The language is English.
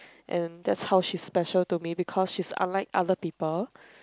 and that's how she's special to me because she's unlike other people